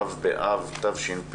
ו' באב תש"ף.